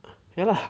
ya lah